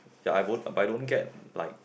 ya I won't I don't get like